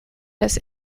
das